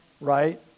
right